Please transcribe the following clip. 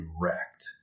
wrecked